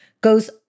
goes